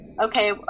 okay